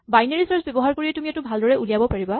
binary search ব্যৱহাৰ কৰি তুমি এইটো ভালদৰে উলিয়াব পাৰিবা